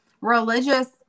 religious